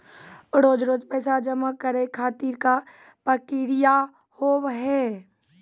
रोज रोज पैसा जमा करे खातिर का प्रक्रिया होव हेय?